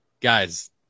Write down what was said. guys